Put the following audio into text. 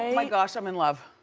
my gosh, i'm in love.